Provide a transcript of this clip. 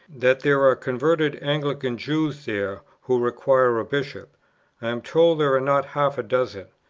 that there are converted anglican jews there who require a bishop i am told there are not half-a-dozen.